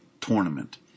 tournament